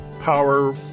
power